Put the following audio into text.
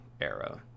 era